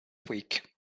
week